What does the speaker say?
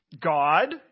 God